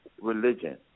religion